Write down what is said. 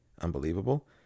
unbelievable